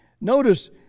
Notice